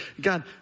God